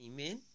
Amen